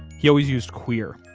he always used queer,